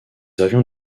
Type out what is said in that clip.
avions